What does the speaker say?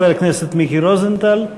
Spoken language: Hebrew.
חבר הכנסת מיקי רוזנטל.